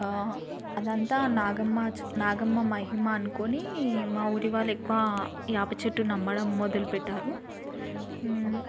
అదంతా నాగమ్మ నాగమ్మ మహిమ అనుకొని మా ఊరి వాళ్ళు ఎక్కువ వేప చెట్టుని నమ్మడం మొదలుపెట్టారు